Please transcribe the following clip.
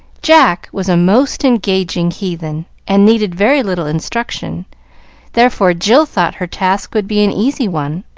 jack was a most engaging heathen, and needed very little instruction therefore jill thought her task would be an easy one.